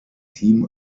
team